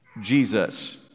Jesus